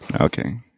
Okay